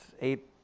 eight